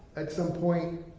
at some point,